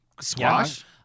squash